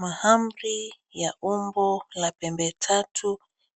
Mahamri ya umbo ya pembe tatu,